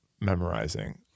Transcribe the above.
memorizing